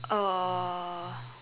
uh